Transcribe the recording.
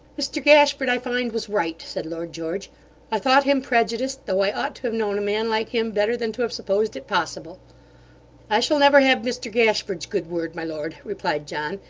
mr gashford, i find, was right said lord george i thought him prejudiced, though i ought to have known a man like him better than to have supposed it possible i shall never have mr gashford's good word, my lord replied john,